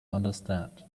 understand